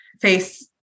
face